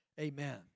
amen